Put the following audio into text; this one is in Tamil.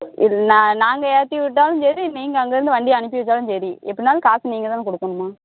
இது நான் நாங்கள் ஏற்றி விட்டாலும் சரி நீங்கள் அங்கேருந்து வண்டி அனுப்பி வச்சாலும் சரி எப்படினாலும் காசு நீங்கள் தான் கொடுக்கணும்மா